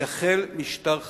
יחל משטר חדש,